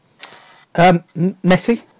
Messi